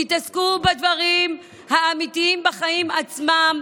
תתעסקו בדברים האמיתיים, בחיים עצמם.